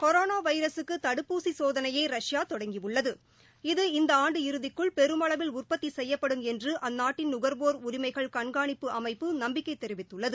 corona வைரஸூக்கு தடுப்பூசி சோதனையை ரஷ்யா தொடங்கியுள்ளது இது இந்த ஆண்டு இறுதிக்குள் பெருமளவில் உற்பத்தி செய்யப்படும் என்று அந்நாட்டின் நுகர்வோர் உரிமைகள் கண்காணிப்பு அமைப்பு நம்பிக்கை தெரிவித்துள்ளது